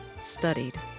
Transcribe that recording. studied